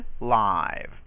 live